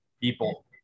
People